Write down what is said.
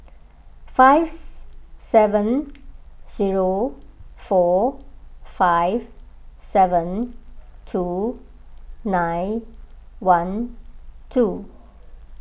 fives seven zero four five seven two nine one two